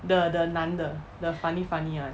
the the 男的 the funny funny one